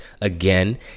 Again